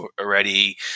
already